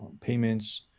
payments